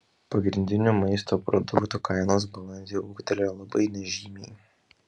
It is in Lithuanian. pagrindinių maisto produktų kainos balandį ūgtelėjo labai nežymiai